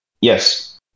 Yes